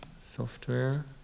software